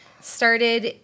started